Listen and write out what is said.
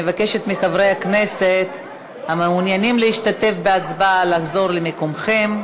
אני מבקשת מחברי הכנסת המעוניינים להשתתף בהצבעה לחזור למקומם.